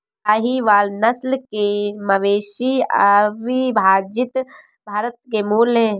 साहीवाल नस्ल के मवेशी अविभजित भारत के मूल हैं